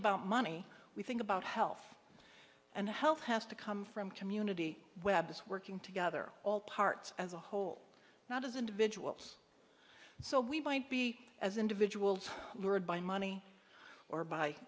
about money we think about health and health has to come from community webs working together all parts as a whole not as individuals so we might be as individuals were by money or by